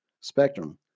spectrum